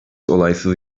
olaysız